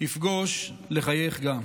יפגוש לחייך גם.